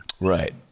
Right